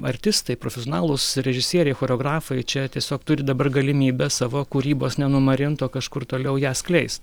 artistai profesionalūs režisieriai choreografai čia tiesiog turi dabar galimybę savo kūrybos nenumarint o kažkur toliau ją skleist